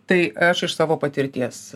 tai aš iš savo patirties